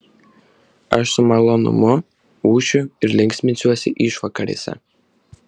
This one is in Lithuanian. aš su malonumu ūšiu ir linksminsiuosi išvakarėse